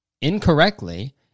incorrectly